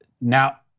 now